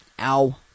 Ow